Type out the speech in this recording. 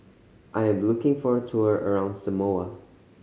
I'm looking for a tour around Samoa